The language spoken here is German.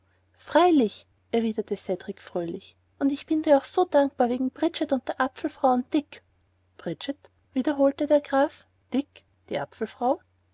freilich erwiderte cedrik fröhlich und ich bin dir auch so dankbar wegen bridget und der apfelfrau und dick bridget wiederholte der graf dick die